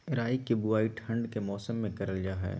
राई के बुवाई ठण्ड के मौसम में करल जा हइ